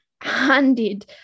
handed